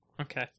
Okay